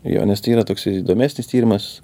jo nes tai yra toks ir įdomesnis tyrimas